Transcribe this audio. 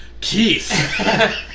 Keith